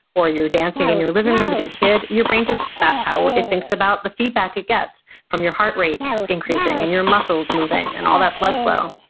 or you're dancing in and your living room with your kid, your brain just, that's how it thinks about the feedback it gets from your heart rate increasing, and your muscles moving, and all that blood flow.